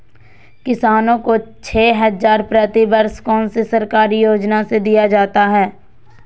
किसानों को छे हज़ार प्रति वर्ष कौन सी सरकारी योजना से दिया जाता है?